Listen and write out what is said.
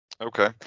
Okay